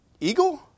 eagle